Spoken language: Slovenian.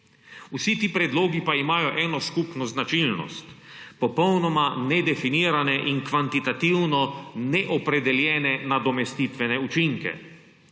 Vsi ti predlogi pa imajo eno skupno značilnost. Popolnoma nedefinirane in kvantitativno neopredeljene nadomestitvene učinke.